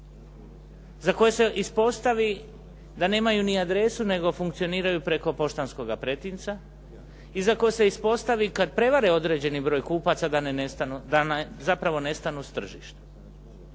za koje se ispostavi da nemaju ni adresu, nego funkcioniraju preko poštanskoga pretinca i za koje se ispostavi kad prevare određeni broj kupaca da zapravo nestanu s tržišta.